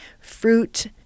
fruit